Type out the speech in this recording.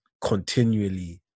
continually